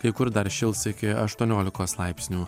kai kur dar šils iki aštuoniolikos laipsnių